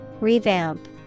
Revamp